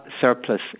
surplus